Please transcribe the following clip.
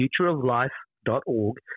futureoflife.org